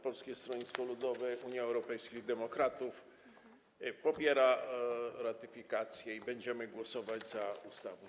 Polskie Stronnictwo Ludowe - Unia Europejskich Demokratów popiera ratyfikację i będziemy głosować za ustawą.